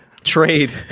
Trade